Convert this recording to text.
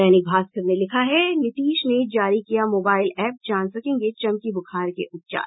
दैनिक भास्कर ने लिखा है नीतीश ने जारी किया मोबाईल एप जान सकेंगे चमकी बुखार के उपचार